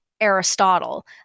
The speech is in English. Aristotle